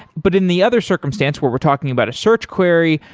but in the other circumstance where we're talking about a search query,